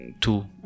two